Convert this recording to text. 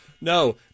no